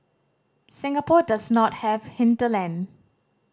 Singapore does not have hinterland